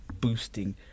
boosting